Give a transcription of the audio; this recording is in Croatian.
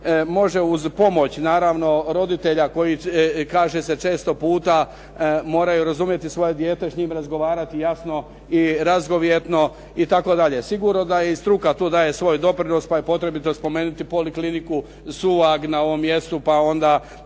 može uz pomoć naravno roditelja, kaže se često puta moraju razumjeti svoje dijete, s njim razgovarati jasno i razgovijetno itd. Sigurno da i struka tu daje svoj doprinos, pa je potrebito spomenuti Polikliniku "Suvag" na ovom mjestu, pa onda